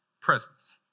presence